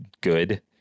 good